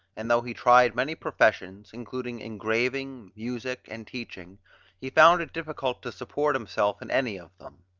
and though he tried many professions including engraving, music, and teaching he found it difficult to support himself in any of them.